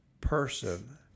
person